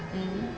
mm